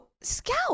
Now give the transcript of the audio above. Scout